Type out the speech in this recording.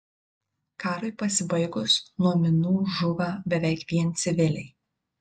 karui pasibaigus nuo minų žūva beveik vien civiliai